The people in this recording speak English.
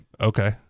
Okay